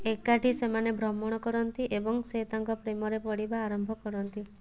ଏକାଠି ସେମାନେ ଭ୍ରମଣ କରନ୍ତି ଏବଂ ସେ ତାଙ୍କ ପ୍ରେମରେ ପଡ଼ିବା ଆରମ୍ଭ କରନ୍ତି